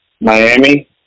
Miami